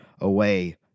Away